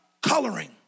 Coloring